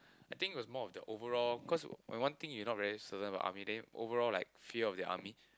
I think it was more of the overall cause when one thing you not very certain about army then overall like fear of the army